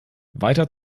weiter